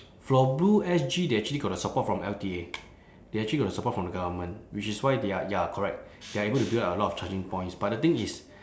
for blue S_G they actually got the support from L_T_A they actually got support from the government which is why they are ya correct they are able to build up a lot of charging points but the thing is